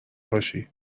باشی